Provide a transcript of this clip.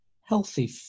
healthy